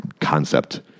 concept